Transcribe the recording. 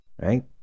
Right